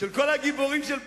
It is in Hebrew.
של כל הגיבורים של פעם,